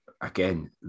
again